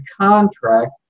contract